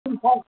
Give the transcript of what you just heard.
ईसभ